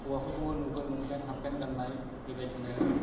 हौवाफोरखौबो नुगोन long pant half pant गाननाय बेबायदिनो आरो